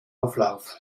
auflauf